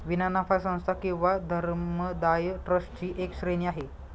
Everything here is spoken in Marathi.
विना नफा संस्था किंवा धर्मदाय ट्रस्ट ची एक श्रेणी आहे